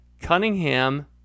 Cunningham